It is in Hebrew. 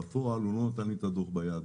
בפועל לא נתנו לי את הדוח ביד,